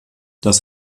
das